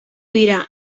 dira